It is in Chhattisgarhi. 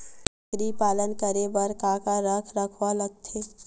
बकरी पालन करे बर काका रख रखाव लगथे?